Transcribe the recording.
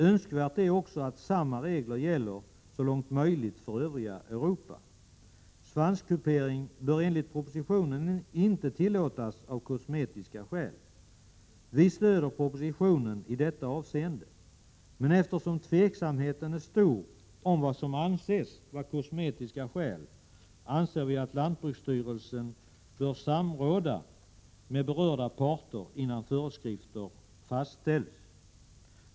Önskvärt är också att samma regler gäller så långt möjligt för övriga Europa. Svanskupering av kosmetiska skäl bör enligt propositionen inte tillåtas. Vi stöder propositionen i detta avseende, men eftersom tveksamheten är stor om vad som anses vara kosmetiska skäl anser vi att lantbruksstyrelsen bör samråda med berörda parter innan föreskrifter fastställs.